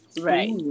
Right